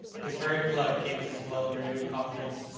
his very pluck gave mrs. weldon renewed confidence.